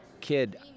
kid